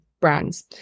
brands